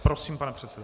Prosím, pane předsedo.